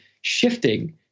shifting